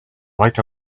right